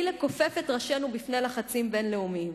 לכופף את ראשנו בפני לחצים בין-לאומיים.